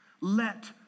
let